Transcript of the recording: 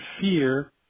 Fear